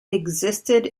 existed